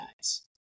guys